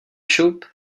šup